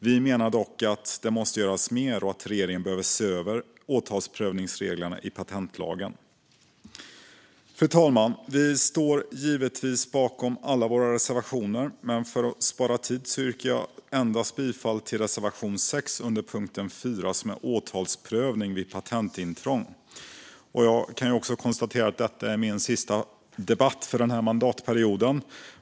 Vi menar dock att mer måste göras och att regeringen bör se över åtalsprövningsreglerna i patentlagen. Fru talman! Vi står givetvis bakom alla våra reservationer, men för att spara tid yrkar jag bifall endast till reservation 6 under punkt 4, som handlar om åtalsprövning vid patentintrång. Jag kan också konstatera att detta är min sista debatt för mandatperioden.